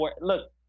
look